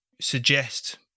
suggest